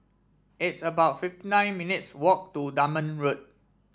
it's about fifty nine minutes' walk to Dunman Road